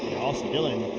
austin dillon